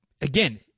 Again